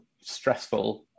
stressful